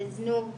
בזנות,